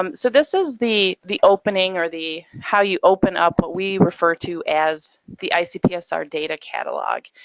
um so this is the the opening, or the how you open up what we refer to as the icpsr data catalog.